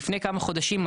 אבל לפני כמה חודשים,